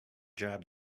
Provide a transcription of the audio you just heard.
job